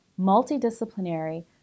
multidisciplinary